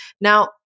Now